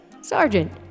Sergeant